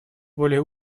более